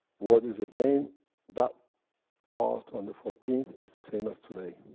what is again that part on the fourteenth, is the same as today.